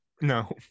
No